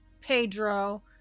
Pedro